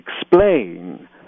explain